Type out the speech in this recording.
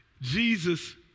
Jesus